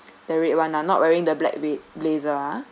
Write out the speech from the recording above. the red [one] ah not wearing the black red blazer ah